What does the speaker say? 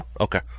Okay